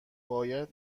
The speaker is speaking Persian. باید